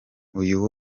uyu